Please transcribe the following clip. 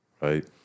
right